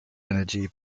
energy